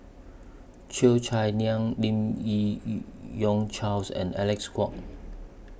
Cheo Chai Niang Lim Yi Yong Charles and Alec Kuok